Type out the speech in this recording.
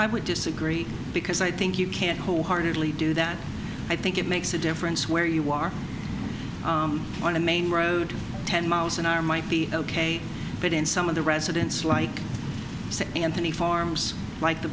i would disagree because i think you can't wholeheartedly do that i think it makes a difference where you are on a main road ten miles an hour might be ok but in some of the residents like say anthony farms like the